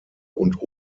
und